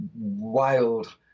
wild